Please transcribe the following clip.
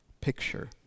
picture